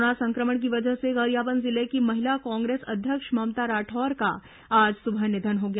corona संक्रमण की वजह से गरियाबंद जिले की महिला कांग्रेस अध्यक्ष ममता राठौर का आज सुबह निधन हो गया